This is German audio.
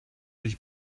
dich